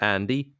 Andy